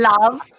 love